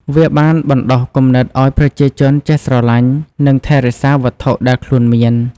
វាបានបណ្ដុះគំនិតឲ្យប្រជាជនចេះស្រលាញ់ និងថែរក្សាវត្ថុដែលខ្លួនមាន។